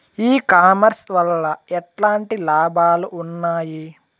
ఈ కామర్స్ వల్ల ఎట్లాంటి లాభాలు ఉన్నాయి?